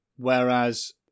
Whereas